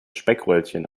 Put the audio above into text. speckröllchen